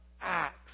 acts